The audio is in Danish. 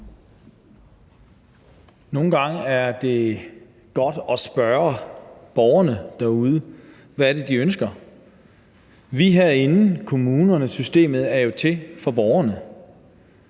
Nogle gange er det godt at spørge borgerne derude, hvad det er, de ønsker. Vi herinde, kommunerne,